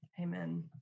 Amen